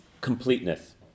completeness